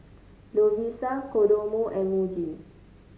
Lovisa Kodomo and Muji